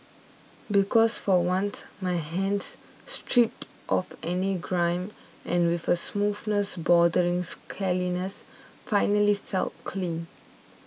because for once my hands stripped of any grime and with a smoothness bordering scaliness finally felt clean